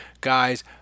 guys